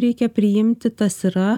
reikia priimti tas yra